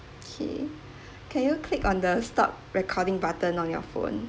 okay can you click on the stop recording button on your phone